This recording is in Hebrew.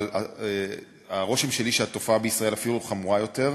אבל הרושם שלי הוא שבישראל התופעה אפילו חמורה יותר.